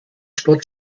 sport